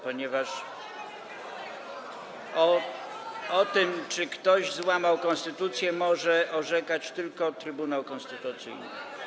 ponieważ o tym, czy ktoś złamał konstytucję, może orzekać tylko Trybunał Konstytucyjny.